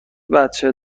بچه